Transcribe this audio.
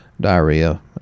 diarrhea